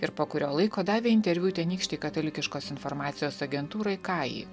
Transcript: ir po kurio laiko davė interviu tenykštei katalikiškos informacijos agentūrai kaji